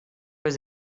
was